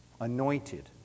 Anointed